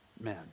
men